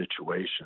situation